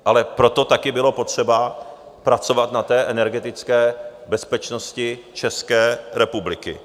Ale proto taky bylo potřeba pracovat na té energetické bezpečnosti České republiky.